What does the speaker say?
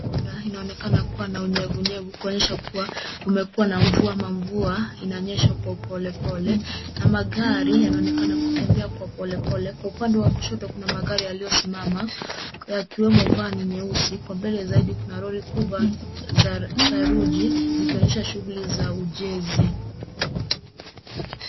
Barabara inaonekana kuwa na unyevunyevu, kuonyesha kuwa kumekuw ana mvua ama mvua inanyesha kwa upolepole, na magari yanaonekana kutembea kwa polepole. Kwa upande wa kushoto kuna magari yaliyosimama, yakiwemo vani nyeusi. Mbele zaidi kuna lori kubwa za saruji, zikionyesha shughuli za ujenzi.